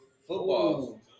football